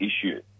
issue